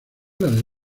las